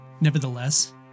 Nevertheless